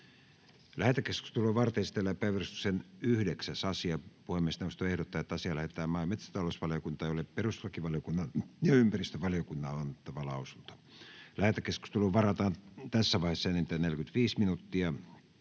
Lähetekeskustelua varten esitellään päiväjärjestyksen 9. asia. Puhemiesneuvosto ehdottaa, että asia lähetetään maa- ja metsätalousvaliokuntaan, jolle perustuslakivaliokunnan ja ympäristövaliokunnan on annettava lausunto. Lähetekeskusteluun varataan tässä vaiheessa enintään 45 minuuttia